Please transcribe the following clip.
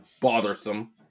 bothersome